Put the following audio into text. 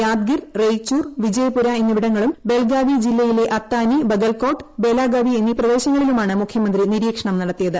യാദ്ഗിർ റെയ്ച്ചൂർ വിജയപുര എന്നിവിട ങ്ങളും ബെൽഗാവി ജില്ലയിലെ അത്താനി ബഗൽകോട്ട് ബേലാഗവി എന്നീ പ്രദേശങ്ങളിലുമാണ് മുഖ്യമന്ത്രി നിരീക്ഷണം നടത്തിയത്